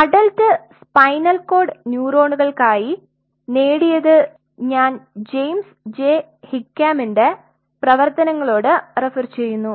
adult spinal cord ന്യൂറോണുകൾക്കായി നേടിയത് ഞാൻ ജെയിംസ് ജെ ഹിക്ക്മാന്റെJames J Hickman's പ്രവർത്തനങ്ങളോട് റെഫർ ചെയുന്നു